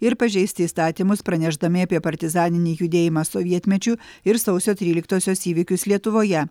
ir pažeisti įstatymus pranešdami apie partizaninį judėjimą sovietmečiu ir sausio tryliktosios įvykius lietuvoje